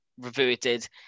reverted